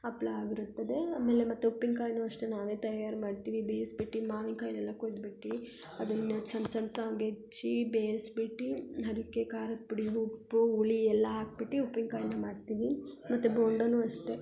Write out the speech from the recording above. ಹಪ್ಳ ಆಗಿರುತ್ತದೆ ಆಮೇಲೆ ಮತ್ತು ಉಪ್ಪಿನ್ಕಾಯನ್ನೂ ಅಷ್ಟೇ ನಾವೇ ತಯಾರು ಮಾಡ್ತೀವಿ ಬೇಯಿಸ್ಬಿಟ್ಟು ಮಾವಿನ್ಕಾಯನ್ನೆಲ್ಲ ಕೊಯ್ದ್ಬಿಟ್ಟು ಅದನ್ನು ಸಣ್ ಸಣ್ತಾವ್ಗ್ ಹೆಚ್ಚಿ ಬೇಯಿಸ್ಬಿಟ್ಟು ಅದಿಕ್ಕೆ ಖಾರದ ಪುಡಿ ಉಪ್ಪು ಹುಳಿ ಎಲ್ಲ ಹಾಕ್ಬಿಟ್ಟಿ ಉಪ್ಪಿನ್ಕಾಯನ್ನ ಮಾಡ್ತೀವಿ ಮತ್ತು ಬೋಂಡನೂ ಅಷ್ಟೇ